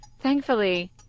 thankfully